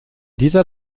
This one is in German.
dieser